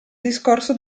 discorso